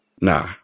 nah